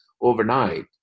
overnight